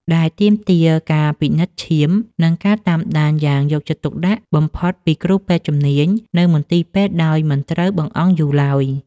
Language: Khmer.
ដែលទាមទារការពិនិត្យឈាម និងការតាមដានយ៉ាងយកចិត្តទុកដាក់បំផុតពីគ្រូពេទ្យជំនាញនៅមន្ទីរពេទ្យដោយមិនត្រូវបង្អង់យូរឡើយ។